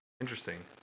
interesting